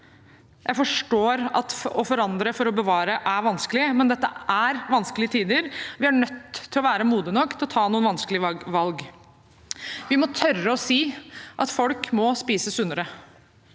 Jeg forstår at å forandre for å bevare er vanskelig, men dette er vanskelige tider. Vi er nødt til å være modige nok til å ta noen vanskelige valg. Vi må tørre å si at folk må spise sunnere,